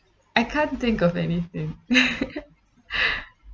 I can't think of anything